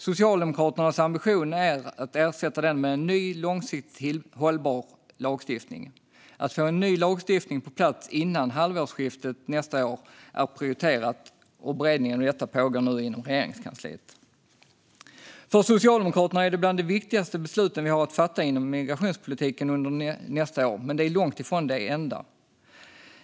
Socialdemokraternas ambition är att ersätta den med en ny, långsiktigt hållbar lagstiftning. Att få en ny lagstiftning på plats innan halvårsskiftet nästa år är prioriterat, och beredningen av detta pågår nu inom Regeringskansliet. För Socialdemokraterna är detta bland de viktigaste beslut vi har att fatta inom migrationspolitiken under nästa år, men det är långt ifrån det enda.